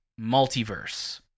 multiverse